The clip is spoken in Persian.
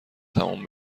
تموم